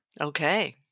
Okay